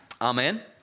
Amen